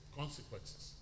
consequences